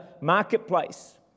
marketplace